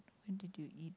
what did you eat